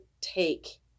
take